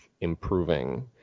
improving